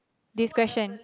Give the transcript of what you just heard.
this question